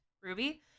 Ruby